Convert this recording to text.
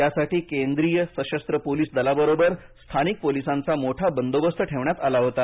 यासाठी केंद्रीय सशस्त्र पोलीस दलाबरोबर स्थानिक पोलिसांचा मोठा बंदोबस्त ठेवण्यात आला होता